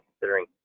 considering